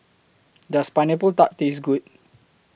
Does Pineapple Tart Taste Good